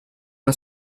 una